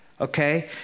Okay